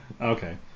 Okay